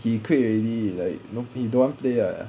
he quit already like no he don't want play ah